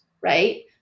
right